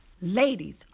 Ladies